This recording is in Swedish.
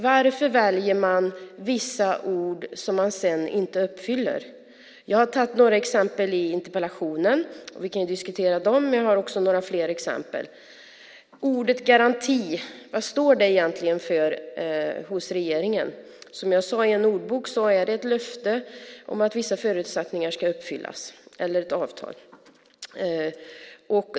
Varför väljer man vissa ord som man sedan inte uppfyller? Jag har tagit några exempel i interpellationen; vi kan diskutera dem. Men jag har också några fler exempel. Ordet "garanti", vad står det egentligen för hos regeringen? Som jag sade står det i en ordbok att det är ett avtal eller ett löfte om att vissa förutsättningar ska uppfyllas.